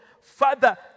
Father